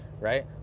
right